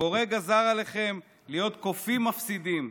הבורא גזר עליכם להיות קופים מפסידים,